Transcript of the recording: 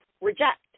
reject